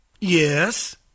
Yes